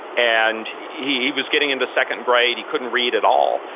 and he was getting into second grade, he couldn't read at all.